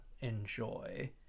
enjoy